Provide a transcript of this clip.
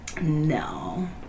No